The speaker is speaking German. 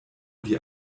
die